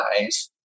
eyes